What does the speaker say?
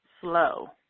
slow